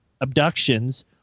abductions